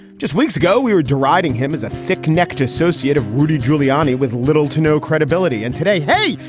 just weeks ago, we were deriding him as a thick necked associate of rudy giuliani with little to no credibility. and today. hey,